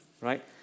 Right